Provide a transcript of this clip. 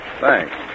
Thanks